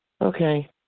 Okay